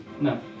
No